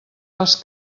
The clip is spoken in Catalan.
les